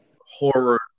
horror